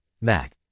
MAC